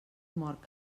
mort